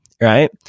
right